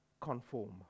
conform